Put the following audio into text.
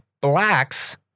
blacks